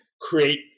create